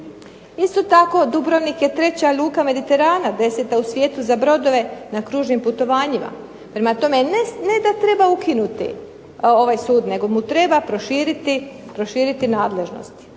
Isto tako Dubrovnik je treća luka Mediterana, deseta u svijetu za brodove na kružnim putovanjima, prema tome ne da treba ukinuti ovaj sud, nego mu treba proširiti nadležnosti.